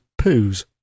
poos